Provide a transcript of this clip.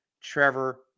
Trevor